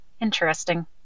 interesting